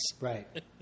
Right